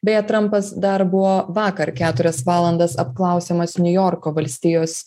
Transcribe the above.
beje trampas dar buvo vakar keturias valandas apklausiamas niujorko valstijos